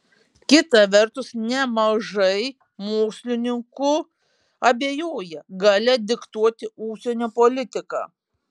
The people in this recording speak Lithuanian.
kita vertus nemažai mokslininkų abejoja galia diktuoti užsienio politiką